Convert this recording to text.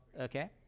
Okay